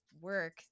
work